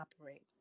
operate